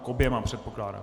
K oběma, předpokládám.